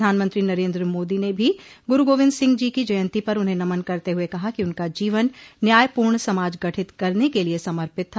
प्रधानमंत्री नरेन्द्र मोदी ने भी गुरू गोबिन्द सिंह जी की जयन्ती पर उन्हें नमन करते हुए कहा कि उनका जीवन न्यायपूर्ण समाज गठित करने के लिए समर्पित था